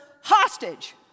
hostage